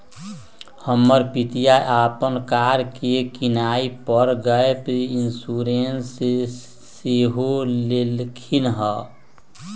हमर पितिया अप्पन कार के किनाइ पर गैप इंश्योरेंस सेहो लेलखिन्ह्